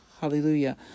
hallelujah